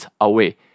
away